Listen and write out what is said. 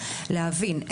להבין.